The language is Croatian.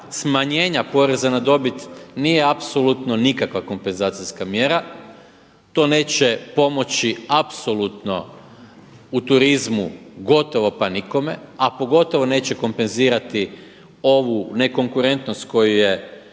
smanjenja poreza na dobit nije apsolutno nikakva kompenzacijska mjera, to neće pomoći apsolutno u turizmu gotovo pa nikome, a pogotovo neće kompenzirati ovu nekonkurentnosti koju je,